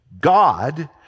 God